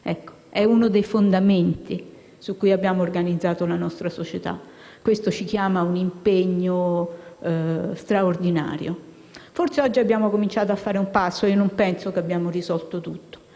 Paese. È uno dei fondamenti su cui abbiamo organizzato la nostra società, e questo ci chiama a un impegno straordinario. Forse oggi abbiamo cominciato a fare un passo; non penso che abbiamo risolto tutto,